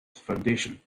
foundation